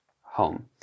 home